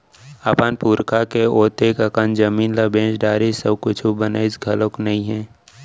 अपन पुरखा के ओतेक अकन जमीन ल बेच डारिस अउ कुछ बनइस घलोक नइ हे